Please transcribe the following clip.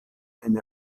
ein